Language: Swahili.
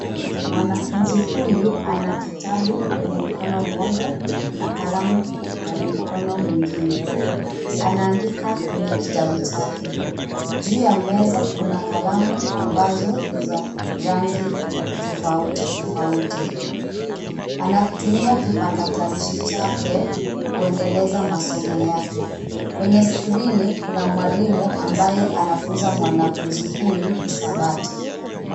Mwanafunzi huyu, ana kitabu wenye mkono mmoja na kalamu kwenye mkono mwingine, anaandika kwenye kitabu chake. Juu ya meza kuna kalamu ambazo ni za rangi tofauti tofauti, anakutumia kipakatalishi chake, kuendeleza masomo yake. Kwenye skrini, kuna mwalimu ambaye anafunza mwanafunzi huyu hisabati.